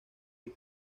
del